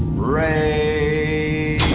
ray.